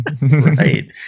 Right